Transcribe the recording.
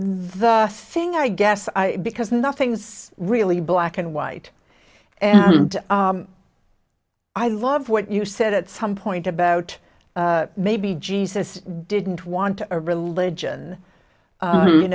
the thing i guess i because nothing's really black and white and i love what you said at some point about maybe jesus didn't want a religion